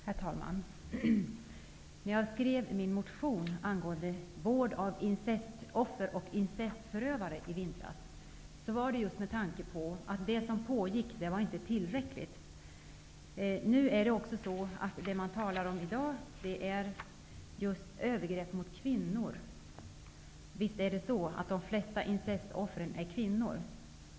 Herr talman! När jag skrev min motion angående vård av incestoffer och incestförövare i vintras, gjorde jag det med tanke på att det som pågick inte var tillräckligt. Det som man talar om i dag är just övergrepp mot kvinnor. Och visst är de flesta incestoffer kvinnor.